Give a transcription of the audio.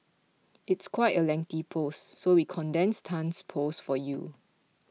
it's quite a lengthy post so we condensed Tan's post for you